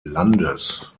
landes